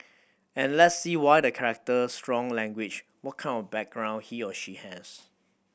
and let's see why the character strong language what kind of background he or she has